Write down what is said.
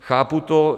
Chápu to.